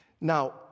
now